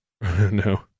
No